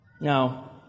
Now